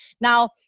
Now